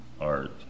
art